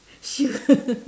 sure